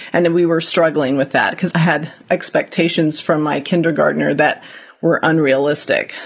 and then we were struggling with that because i had expectations from my kindergartner that were unrealistic.